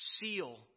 seal